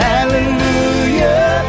Hallelujah